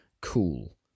Cool